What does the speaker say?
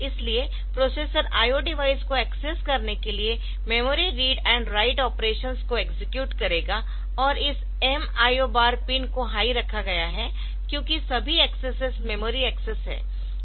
इसलिए processor IO device को access करने के लिए memory read and write operations को एक्सेक्यूट करेगा और इस M IO बार पिन को हाई रखा गया है क्योंकि सभी एक्सेसेसमेमोरी एक्सेस है